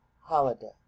holiday